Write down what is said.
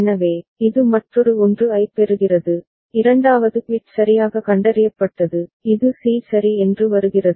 எனவே இது மற்றொரு 1 ஐப் பெறுகிறது இரண்டாவது பிட் சரியாக கண்டறியப்பட்டது இது c சரி என்று வருகிறது